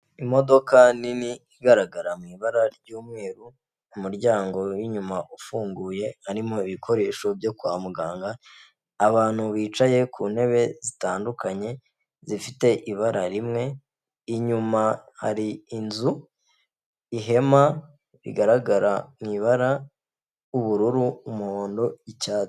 Imodoka nini igaragara mu ibara ry'umweru, umuryango w'inyuma ufunguye, harimo ibikoresho byo kwa muganga, abantu bicaye ku ntebe zitandukanye, zifite ibara rimwe, inyuma hari inzu, ihema rigaragara mu ibara ubururu, umuhondo, icyatsi.